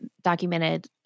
documented